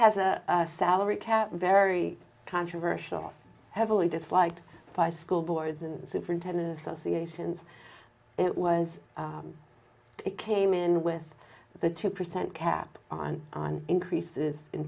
has a salary cap very controversial heavily disliked by school boards and the superintendent associations it was it came in with the two percent cap on on increases in